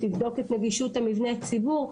יבדוק את נגישות מבני הציבור.